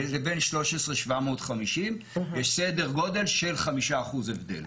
לבין 13,750 יש סדר גודל של 5% הבדל.